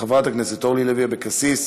חברת הכנסת אורלי לוי אבקסיס,